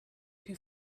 who